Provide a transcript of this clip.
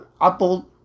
Apple